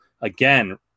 again